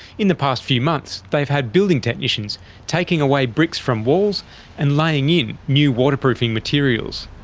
in the past few months they've had building technicians taking away bricks from walls and laying in new waterproofing materials.